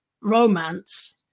romance